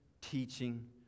teaching